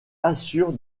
assure